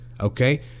Okay